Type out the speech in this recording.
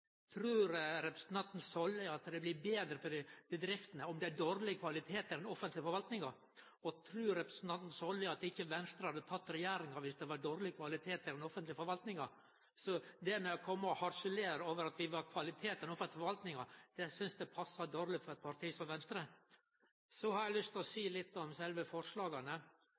Trur representanten Solli at det blir betre for bedriftene om det er dårleg kvalitet i den offentlege forvaltinga, og trur ikkje representanten Solli at Venstre hadde teke regjeringa viss det var dårleg kvalitet i den offentlege forvaltinga? Det å kome og harselere over at vi vil ha kvalitet i den offentlege forvaltinga, synest eg passar dårleg for eit parti som Venstre. Så har eg lyst til å seie litt om sjølve forslaga.